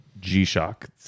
G-Shock